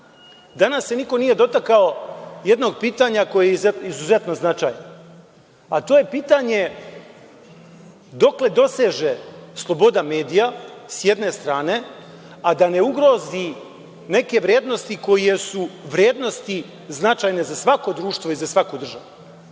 danas se niko nije dotakao jednog pitanja koje je izuzetno značajno, a to je pitanje dokle doseže sloboda medija, s jedne strane, a da ne ugrozi neke vrednosti koje su vrednosti značajne za svako društvo i za svaku državu,